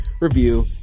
review